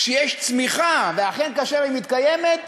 כשיש צמיחה וכשהיא אכן מתקיימת,